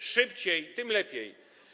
Im szybciej, tym lepiej.